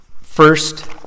first